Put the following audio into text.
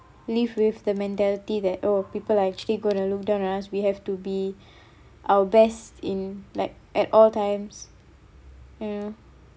live with the mentality that oh people are actually gonna look down on us we have to be our best in like at all times you know